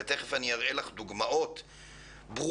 אני תכף אראה לך דוגמאות ברורות,